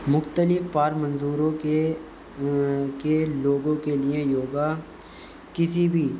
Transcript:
مختلف پار منظوروں کے کے لوگوں کے لیے یوگا کسی بھی